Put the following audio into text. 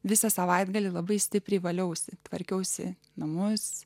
visą savaitgalį labai stipriai valiausi tvarkiausi namuose